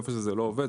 איפה שזה לא עובד,